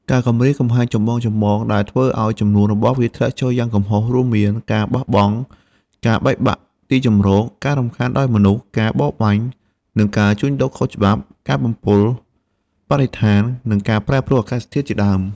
ការគំរាមកំហែងចម្បងៗដែលធ្វើឲ្យចំនួនរបស់វាធ្លាក់ចុះយ៉ាងគំហុករួមមាន ការបាត់បង់ និងការបែកបាក់ទីជម្រក ការរំខានដោយមនុស្ស ការបរបាញ់ និងការជួញដូរខុសច្បាប់ ការបំពុលបរិស្ថាន និងការប្រែប្រួលអាកាសធាតុជាដើម។